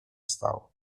stało